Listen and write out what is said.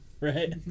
right